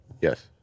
Yes